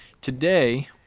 Today